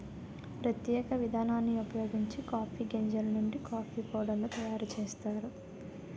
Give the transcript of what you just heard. ప్రత్యేక విధానాన్ని ఉపయోగించి కాఫీ గింజలు నుండి కాఫీ పౌడర్ ను తయారు చేస్తారు